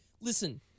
listen